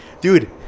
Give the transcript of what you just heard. dude